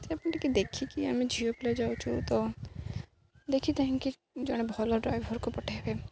ସେ ଆପଣ ଟିକେ ଦେଖିକି ଆମେ ଝିଅପିଲା ଯାଉଛୁ ତ ଦେଖି ଚାହିଁକିର୍ ଜଣେ ଭଲ ଡ୍ରାଇଭରକୁ ପଠାଇବେ